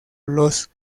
los